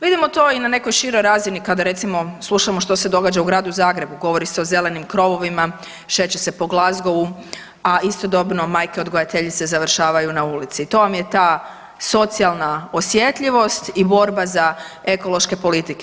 Vidimo to i na nekoj široj razini kada recimo slušamo što se događa u Gradu Zagrebu, govori se o zelenim krovovima, šeće se po Glasgowu, a istodobno majke odgajateljice završavaju na ulici i to vam je ta socijalna osjetljivost i borba za ekološke politike.